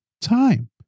time